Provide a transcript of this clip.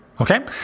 Okay